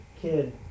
kid